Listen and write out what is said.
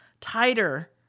tighter